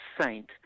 saint